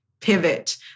pivot